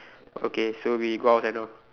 okay so we go outside now